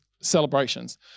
celebrations